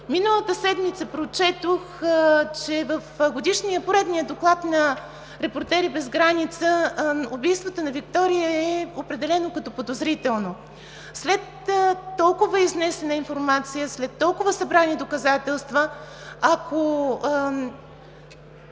Миналата седмица прочетох, че в поредния доклад на „Репортери без граници“ – убийството на Виктория е определено като подозрително. След толкова изнесена информация, след толкова събрани доказателства, ако